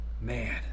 Man